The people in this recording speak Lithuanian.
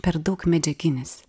per daug medžiaginis